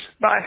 Bye